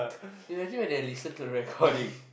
imagine when they listen to the recording